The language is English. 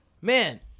Man